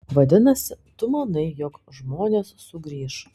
vadinasi tu manai jog žmonės sugrįš